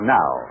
now